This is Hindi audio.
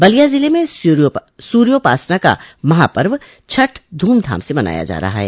बलिया जिले में सूर्योपासना का महापर्व छठ धूमधाम से मनाया जा रहा है